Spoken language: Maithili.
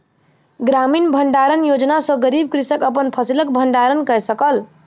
ग्रामीण भण्डारण योजना सॅ गरीब कृषक अपन फसिलक भण्डारण कय सकल